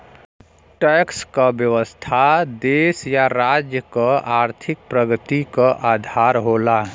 tax क व्यवस्था देश या राज्य क आर्थिक प्रगति क आधार होला